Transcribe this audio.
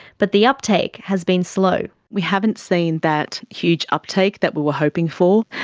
but the uptake has been slow. we haven't seen that huge uptake that we were hoping for.